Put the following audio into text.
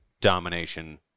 domination